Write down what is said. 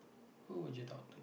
who would you talk to